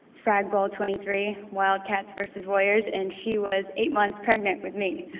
frag bowl twenty three, wildcats vs. warriors, and she was eight months pregnant with me.